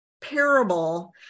parable